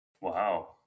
Wow